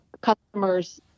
customers